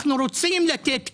אנו רוצים לתת כלים.